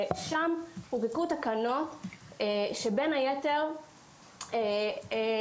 שם הותקנו תקנות שבין היתר ההוראות